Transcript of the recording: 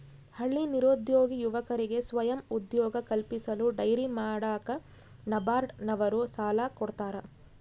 ಹಳ್ಳಿ ನಿರುದ್ಯೋಗಿ ಯುವಕರಿಗೆ ಸ್ವಯಂ ಉದ್ಯೋಗ ಕಲ್ಪಿಸಲು ಡೈರಿ ಮಾಡಾಕ ನಬಾರ್ಡ ನವರು ಸಾಲ ಕೊಡ್ತಾರ